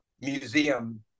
museum